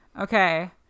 Okay